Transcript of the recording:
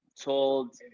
told